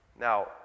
Now